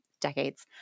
decades